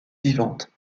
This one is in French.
vivantes